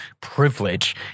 privilege